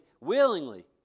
willingly